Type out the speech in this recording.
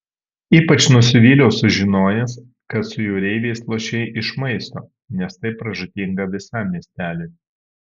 ypač nusivyliau sužinojęs kad su jūreiviais lošei iš maisto nes tai pražūtinga visam miesteliui